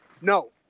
No